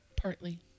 Partly